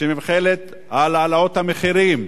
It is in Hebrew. שנלחמת על העלאות המחירים,